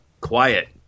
Quiet